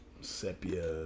Sepia